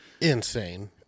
insane